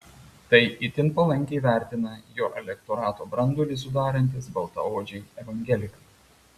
tai itin palankiai vertina jo elektorato branduolį sudarantys baltaodžiai evangelikai